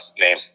name